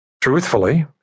Truthfully